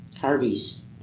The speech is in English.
Harvey's